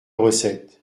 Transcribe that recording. recette